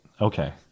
okay